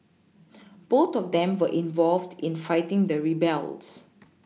both of them were involved in fighting the rebels